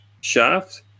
shaft